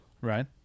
right